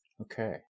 okay